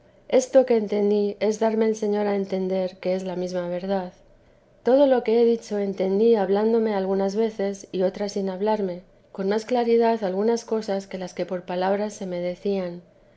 esto que entendí es darme el señor a entender que es la mesma verdad todo lo que he dicho entendí hablándome algunas veces y otras sin hablarme con más claridad algunas cosas que las que por palabras se me decían